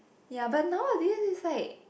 ya but nowadays is like